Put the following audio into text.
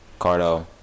Cardo